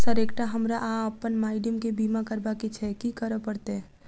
Sir एकटा हमरा आ अप्पन माइडम केँ बीमा करबाक केँ छैय की करऽ परतै?